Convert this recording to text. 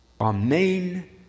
Amen